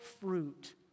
fruit